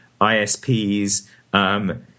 ISPs